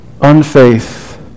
Unfaith